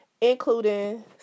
including